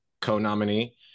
co-nominee